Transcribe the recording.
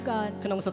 God